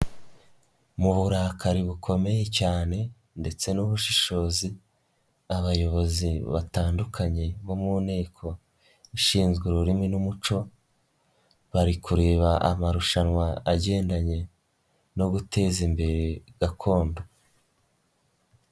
Mu burakari bukomeye cyane ndetse n’ubushishozi, abayobozi batandukanye bo mu nteko ishinzwe ururimi n'umuco, bari kureba amarushanwa agendanye no guteza imbere gakondo.